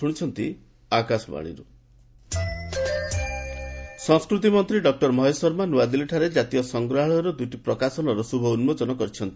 culture publication ସଂସ୍କୃତି ମନ୍ତ୍ରୀ doctor Mahesh Sharma ନୂଆଦିଲ୍ଲୀଠାରେ ଜାତୀୟ ସଂଗ୍ରହାଳୟର ଦୁଇଟି ପ୍ରକାଶସନର ଶୁଭ ଉନ୍କୋଚନ କରିଛନ୍ତି